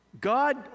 God